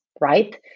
Right